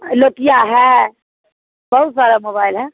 Nokia है बहुत सारा मोबइल है